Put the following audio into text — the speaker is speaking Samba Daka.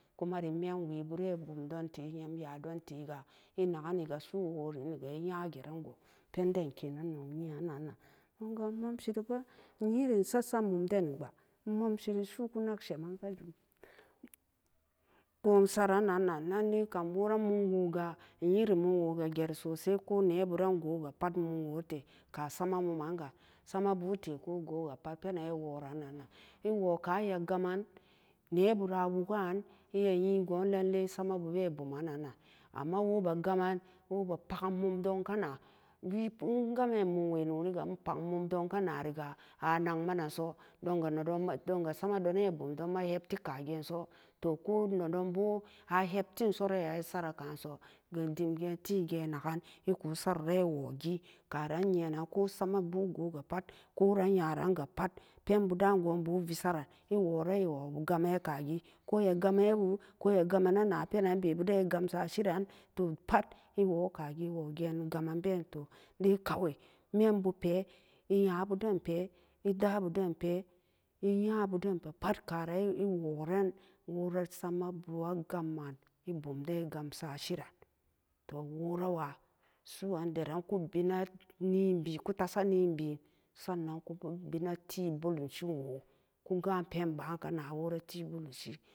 Kumari menwebure bumdonte nyam yadon tega i'nagani su'u hori-riga nya-geran go penden kenan nog nyian-nan-nan nogga immomsiri fa in'nyiri insa-sat mumdeni kaba immomsiri. su'uku nag shemar kajum go'on saran-nan-nan lallaikam wora mumwoga in'nyiri mumwo ga geri sosai ko ne burun go'oga pot mumwote ka'a sama mum'manga samabu te ko go'o ga pat penan iworan-nan-nan iwo ka'an iya gaman nebura woga'an iya nyi go'on lallai sama bube buman nan nan amma wobe gaman wobe pakan momdom kana wii en-game mumwe noniga ipag mumdon kana en-game mumwe noniga inpag-mumdon kanariga anagma nanso donganedon donga somadone bumdon-ma hepti ka'a ge'enso to ko nedonbo haheptinso iya isara ka'anso dimgeen ti iku soro-ran iwogi koran nyenan koh samabu samabu go'o-ga pot ko'ran nyaranga pat penbu da'an go'onbu ivisaran iworan iwo gamana kagi ko iya gamana woo ka iya gamana napenanbebuden egamseshiran to pat iwo ka'gi iwo geen gamon to indai kawe membupe i'nyabudenpe edabudenpe e i'nyabu denpe pat karan iworan wora samabu a gaman ebunden egamseshiran to worawa su'an deran ku bina nien-bien ku tasa nien-bien san-nan kubina ti belengshiwo ku ga'an penba'an kana wora tibelengshi.